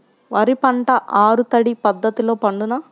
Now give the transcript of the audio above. వరి పంట ఆరు తడి పద్ధతిలో పండునా?